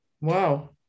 Wow